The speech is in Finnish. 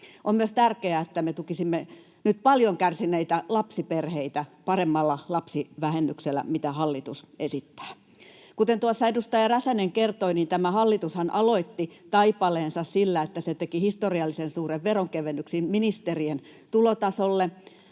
On myös tärkeää, että me tukisimme nyt paljon kärsineitä lapsiperheitä paremmalla lapsivähennyksellä kuin mitä hallitus esittää. Kuten edustaja Räsänen kertoi, niin tämä hallitushan aloitti taipaleensa sillä, että se teki historiallisen suuren veronkevennyksen ministerien tulotasolle